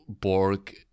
Borg